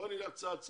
בואי נלך צעד צעד.